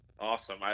Awesome